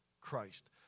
Christ